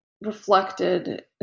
reflected